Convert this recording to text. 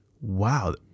wow